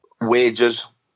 wages